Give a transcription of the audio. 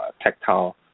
tactile